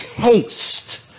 taste